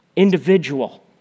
individual